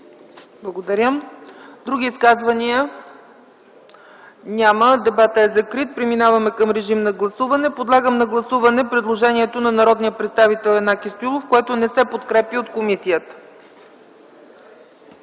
Благодаря. Други изказвания? Няма. Дебатът е закрит. Преминаваме към режим на гласуване. Подлагам на гласуване предложението на народния представител Янаки Стоилов, което не се подкрепя от комисията.